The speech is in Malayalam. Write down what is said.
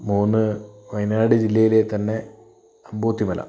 മൂന്ന് വയനാട് ജില്ലയിലെത്തന്നെ അംബൂറ്റി മല